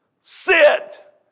Sit